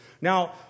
Now